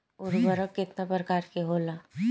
उर्वरक केतना प्रकार के होला?